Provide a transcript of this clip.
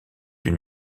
une